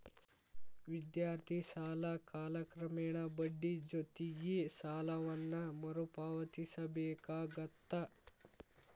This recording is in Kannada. ವಿದ್ಯಾರ್ಥಿ ಸಾಲ ಕಾಲಕ್ರಮೇಣ ಬಡ್ಡಿ ಜೊತಿಗಿ ಸಾಲವನ್ನ ಮರುಪಾವತಿಸಬೇಕಾಗತ್ತ